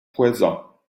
poëzat